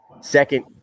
Second